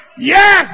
Yes